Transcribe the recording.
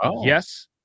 yes